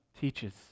teaches